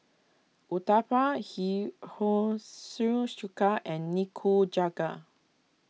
Uthapam Hihushi Chuka and Nikujaga